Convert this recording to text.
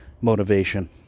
motivation